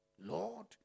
Lord